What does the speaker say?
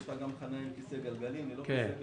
יש לך גם חנייה עם כיסא גלגלים, ללא כיסא גלגלים.